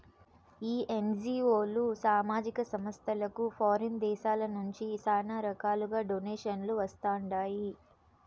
ఈ ఎన్జీఓలు, సామాజిక సంస్థలకు ఫారిన్ దేశాల నుంచి శానా రకాలుగా డొనేషన్లు వస్తండాయి